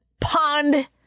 pond